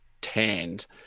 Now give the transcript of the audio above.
tanned